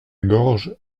gorge